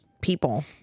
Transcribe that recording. people